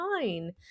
fine